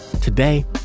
today